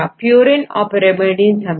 Purine और pyrimidine समझे